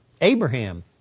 Abraham